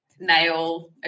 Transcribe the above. Nail